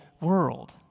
world